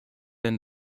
denn